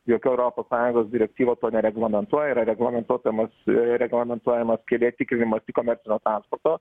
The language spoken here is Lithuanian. jokia europos sąjungos direktyva to nereglamentuoja yra reglamentuotamas reglamentuojamas cd tikrinimas tik komercinio transporto